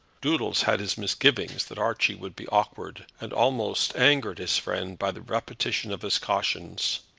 doodles had his misgivings that archie would be awkward, and almost angered his friend by the repetition of his cautions.